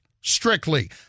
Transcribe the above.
strictly